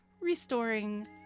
restoring